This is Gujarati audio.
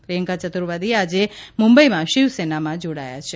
પ્રિયંકા ચતુર્વેદી આજે મુંબઇમાં શિવસેનામાં જોડાયાં છે